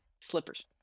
Slippers